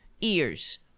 ears